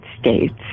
States